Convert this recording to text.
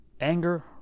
Anger